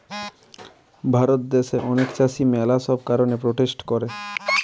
ভারত দ্যাশে অনেক চাষী ম্যালা সব কারণে প্রোটেস্ট করে